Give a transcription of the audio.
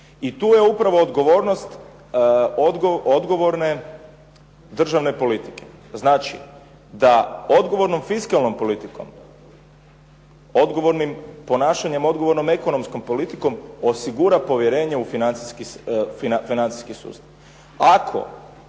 I tu je upravo odgovornost odgovorne državne politike, znači da odgovornom fiskalnom politikom, odgovornim ponašanjem, odgovornom ekonomskom politikom osigura povjerenje u financijski sustav.